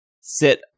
sit